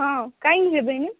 ହଁ କାହିଁକି ହେବନି